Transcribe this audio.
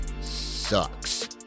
sucks